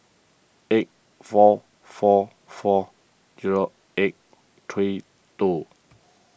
eight four four four zero eight three two